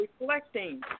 reflecting